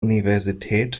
universität